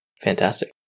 Fantastic